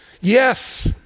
yes